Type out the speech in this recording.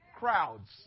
crowds